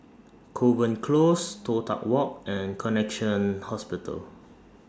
Kovan Close Toh Tuck Walk and Connexion Hospital